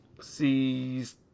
sees